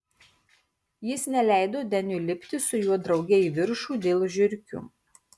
jis neleido deniui lipti su juo drauge į viršų dėl žiurkių